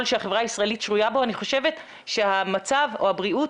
שהחברה הישראלית שרויה בו אני חושבת שהמצב או בריאות